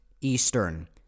Eastern